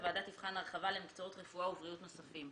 הוועדה תבחן הרחבה למקצועות רפואה ובריאות נוספים.